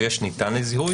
ויש "ניתן לזיהוי",